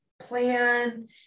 plan